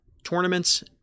tournaments